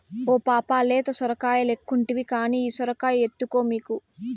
ఓ పాపా లేత సొరకాయలెక్కుంటివి కానీ ఈ సొరకాయ ఎత్తుకో మీకు